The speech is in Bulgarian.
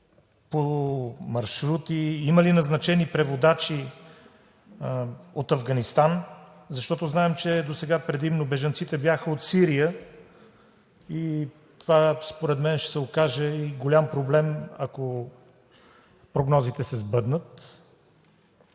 по маршрути и има ли назначени преводачи от Афганистан, защото знаем, че досега бежанците предимно бяха от Сирия и това според мен ще се окаже голям проблем, ако прогнозите се сбъднат?